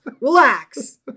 Relax